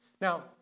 Now